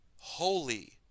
holy